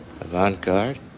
Avant-garde